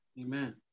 amen